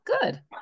Good